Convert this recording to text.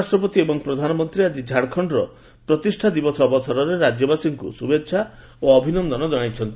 ଉପରାଷ୍ଟ୍ରପତି ଏବଂ ପ୍ରଧାନମନ୍ତ୍ରୀ ଆଜି ଝାଡ଼ଖଣ୍ଡର ପ୍ରତିଷ୍ଠା ଦିବସ ଅବସରରେ ରାଜ୍ୟବାସୀଙ୍କୁ ଶୁଭେଛା ଓ ଅଭିନନ୍ଦନ ଜଣାଇଛନ୍ତି